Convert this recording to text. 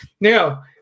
Now